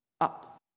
up